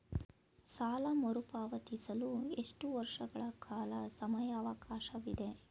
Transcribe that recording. ಸಾಲ ಮರುಪಾವತಿಸಲು ಎಷ್ಟು ವರ್ಷಗಳ ಸಮಯಾವಕಾಶವಿದೆ?